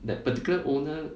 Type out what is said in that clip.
that particular owner